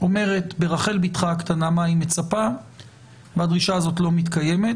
אומרת ברחל ביתך הקטנה מה היא מצפה והדרישה הזאת לא מתקיימת,